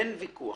אין ויכוח.